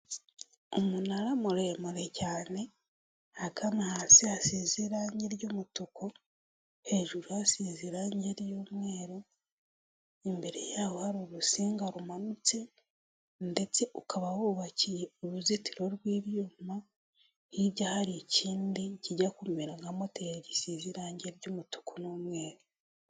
Umunara muremure cyane ahagana hasi hasirangi ry'umutuku hejuru hasize irange ry'umweru imbere yaho hari urusinga rumanutse, ndetse ukaba wubakiye uruzitiro rw'ibyuma hijya hari ikindi kijya kumera nka moteri gisize irangi ry'umutuku n'umweru.